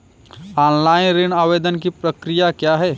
Online ऋण आवेदन की प्रक्रिया क्या है?